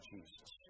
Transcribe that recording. Jesus